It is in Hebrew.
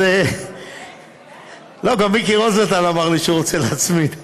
אז, לא, גם מיקי רוזנטל אמר לי שהוא רוצה להצמיד.